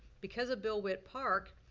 because of bill witt park,